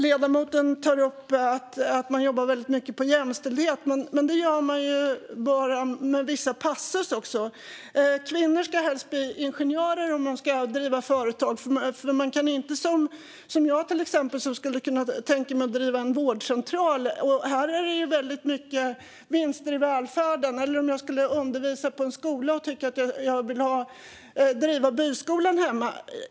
Ledamoten tog upp att man jobbar väldigt mycket med jämställdhet, men det gör man ju bara på vissa sätt. Kvinnor ska helst bli ingenjörer om de ska driva företag. Jag skulle till exempel kunna tänka mig att driva en vårdcentral. Här handlar det väldigt mycket om vinster i välfärden. Man kanske undervisar på en skola och vill driva byskolan hemma.